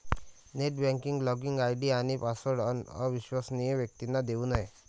net banking login ID आणि password अविश्वसनीय व्यक्तींना देऊ नये